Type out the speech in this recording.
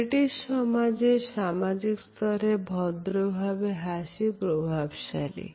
British সমাজে সামাজিক স্তরের ভদ্রভাবে হাসি প্রভাবশালী